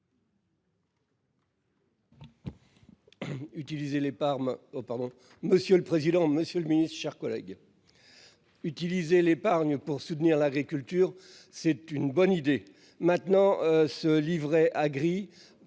Utiliser l'épargne pour soutenir l'agriculture, c'est une bonne idée. Maintenant ce livret A gris